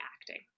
acting